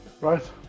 Right